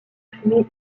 fumée